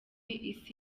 isi